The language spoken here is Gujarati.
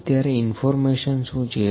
અત્યારે ઇન્ફોર્મેશન શું છે